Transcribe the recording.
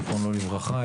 זיכרונו לברכה,